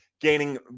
gaining